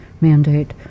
mandate